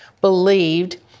believed